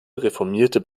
reformierte